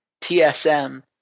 TSM